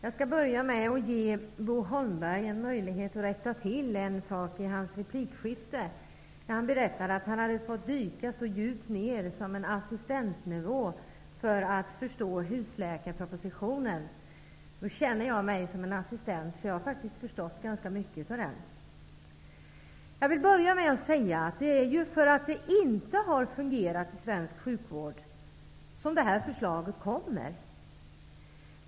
Herr talman! Jag skall ge Bo Holmberg en möjlighet att rätta till en sak i sin replik. Han berättade att han hade fått dyka så djupt ner som till assistentnivå för att förstå husläkarpropositionen. Då känner jag mig som en assistent, för jag har faktiskt förstått ganska mycket av den. Jag vill börja med att säga att det är för att det inte har fungerat i svensk sjukvård som det här förslaget kommer.